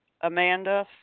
Amanda